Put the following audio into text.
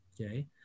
okay